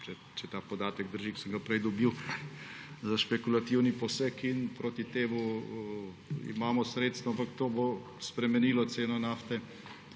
če ta podatek drži, ki sem ga prej dobil, za špekulativni poseg. In proti temu imamo sredstva. Ampak to bo spremenilo ceno nafte,